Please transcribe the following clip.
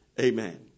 Amen